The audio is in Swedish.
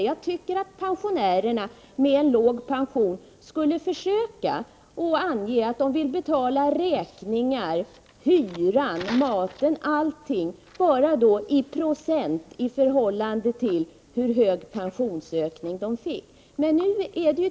Jag tycker att pensionärerna med en låg pension skulle försöka ange att de vill betala bara den procentsats av beloppen på räkningar, av hyra, av matkostnaderna som motsvarar deras procentuella pensionsökning.